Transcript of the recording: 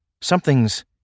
something's